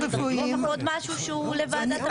יש עוד משהו שהוא לוועדת הבריאות?